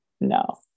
No